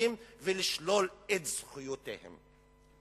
התושבים ולשלול את זכויותיהם.